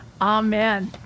amen